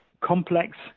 complex